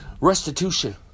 restitution